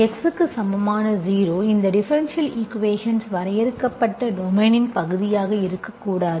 x க்கு சமமான 0 இந்த டிஃபரென்ஷியல் ஈக்குவேஷன்ஸ் வரையறுக்கப்பட்ட டொமைனின் பகுதியாக இருக்கக்கூடாது